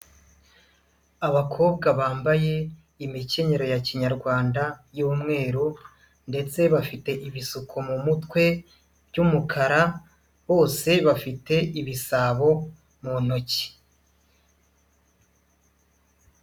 Abakobwa bambaye imikenyero ya Kinyarwanda y'umweru ndetse bafite ibisuko mu mutwe by'umukara, bose bafite ibisabo mu ntoki.